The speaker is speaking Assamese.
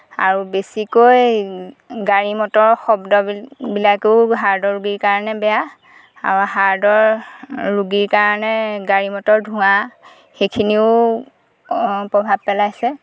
আৰু বেছিকৈ গাড়ী মটৰ শব্দ বিলাকো হাৰ্টৰ ৰোগীৰ বাবে বেয়া আৰু হাৰ্টৰ ৰোগীৰ কাৰণে গাড়ী মটৰৰ ধোঁৱা সেইখিনিয়েও প্ৰভাৱ পেলাইছে